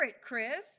Chris